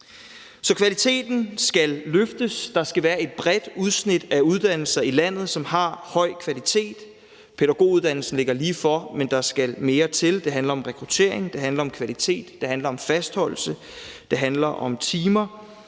Så kvaliteten skal løftes. Der skal være et bredt udsnit af uddannelser i landet, som har en høj kvalitet. Pædagoguddannelsen ligger ligefor, men der skal mere til. Det handler om rekruttering, det handler om